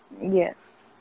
Yes